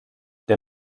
der